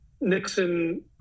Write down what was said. Nixon